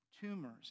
tumors